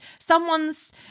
someone's